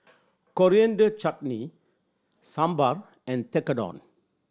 Coriander Chutney Sambar and Tekkadon